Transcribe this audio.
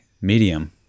medium